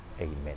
Amen